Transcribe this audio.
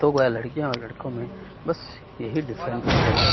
تو گویا لڑکیاں اور لڑکوں میں بس یہی ڈیفرینٹ ہے